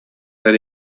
that